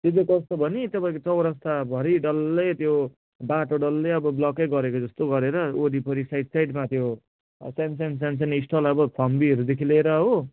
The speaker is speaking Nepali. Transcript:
त्यो चाहिँ कस्तो भने तपाईँको चौरस्ताभरि डल्लै त्यो बाटो डल्लै अब ब्लकै गरेको जस्तो गरेर वरिपरि साइड साइडमा त्यो सान सान सान सानो स्टल अब फम्बीहरूदेखि लिएर हो